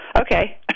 Okay